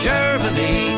Germany